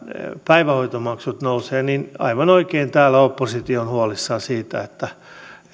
päivähoitomaksut nousevat aivan oikein täällä oppositio on huolissaan siitä